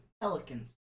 Pelicans